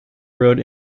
road